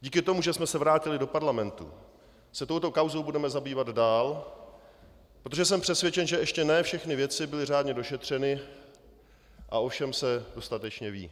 Díky tomu, že jsme se vrátili do parlamentu, se touto kauzou budeme zabývat dál, protože jsem přesvědčen, že ještě ne všechny věci byly řádně došetřeny a o všem se dostatečně ví.